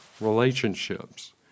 relationships